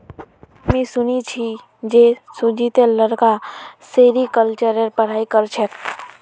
हामी सुनिल छि जे सुजीतेर लड़का सेरीकल्चरेर पढ़ाई कर छेक